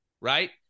right